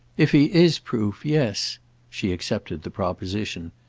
if he is proof, yes she accepted the proposition.